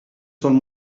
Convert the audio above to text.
son